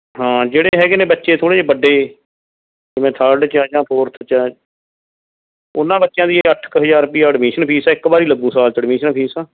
ਹਾਂ ਜਿਹੜੇ ਹੈਗੇ ਨੇ ਬੱਚੇ ਥੋੜ੍ਹੇ ਜਿਹੇ ਵੱਡੇ ਜਿਵੇਂ ਥਰਡ 'ਚ ਆ ਜਾਂ ਫੋਰਥ 'ਚ ਆ ਉਹਨਾਂ ਬੱਚਿਆਂ ਦੀ ਅੱਠ ਕੁ ਹਜ਼ਾਰ ਰੁਪਇਆ ਐਡਮਿਸ਼ਨ ਫੀਸ ਆ ਇੱਕ ਵਾਰੀ ਲੱਗੂ ਸਾਲ 'ਚ ਐਡਮਿਸ਼ਨ ਫੀਸ